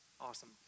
Awesome